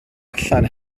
allan